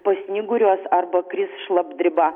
pasnyguriuos arba kris šlapdriba